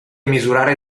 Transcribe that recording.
misurare